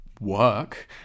work